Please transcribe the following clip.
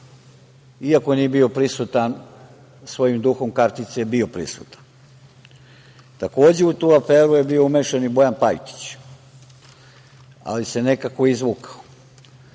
iako nije bio prisutan, svojim duhom kartice je bio prisutan. Takođe, u tu aferu je bio umešan i Bojan Pajtić, ali se nekako izvukao.